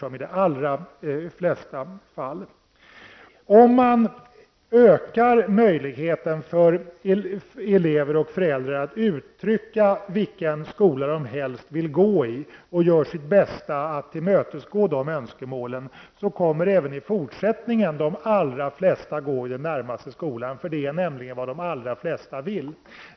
Om man utökar möjligheten för elever och föräldrar att uttrycka vilken skola de helst vill att eleven skall gå i och man gör sitt bästa att tillmötesgå de önskemålen, kommer även i fortsättningen de allra flesta att gå i den närmaste skolan. Det är vad de allra flesta vill.